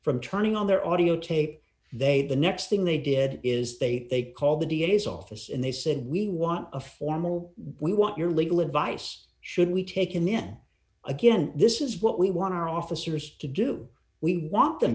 from turning on their audio tape they the next thing they did is they call the d a s office and they said we want a formal we want your legal advice should we take in then again this is what we want our officers to do we want them